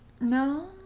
No